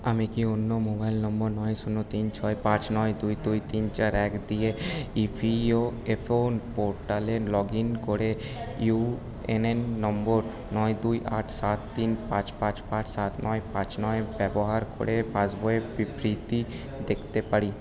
আমি কি অন্য মোবাইল নম্বর নয় শূন্য তিন ছয় পাঁচ নয় দুই দুই তিন চার এক দিয়ে ইপিওএফও পোর্টালে লগ ইন করে ইউএনএন নম্বর নয় দুই আট সাত তিন পাঁচ পাঁচ পাঁচ সাত নয় পাঁচ নয় ব্যবহার করে পাস বইয়ের বিবৃতি দেখতে পারি